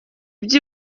bya